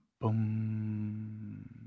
Boom